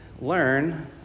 learn